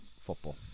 Football